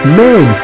men